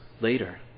later